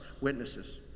witnesses